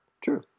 True